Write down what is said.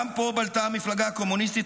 גם פה בלטה המפלגה הקומוניסטית